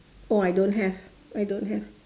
oh I don't have I don't have